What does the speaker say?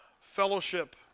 fellowship